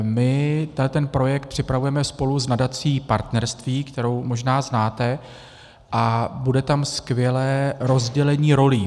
My tento projekt připravujeme spolu s Nadací Partnerství, kterou možná znáte, a bude tam skvělé rozdělení rolí.